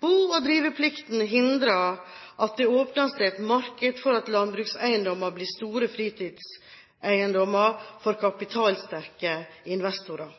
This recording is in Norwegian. Bo- og driveplikten hindrer at det åpner seg et marked for at landbrukseiendommer blir store fritidseiendommer for kapitalsterke investorer.